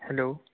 hello